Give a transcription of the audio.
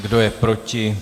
Kdo je proti?